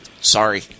sorry